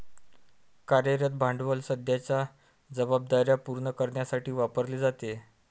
कार्यरत भांडवल सध्याच्या जबाबदार्या पूर्ण करण्यासाठी वापरले जाते